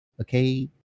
Okay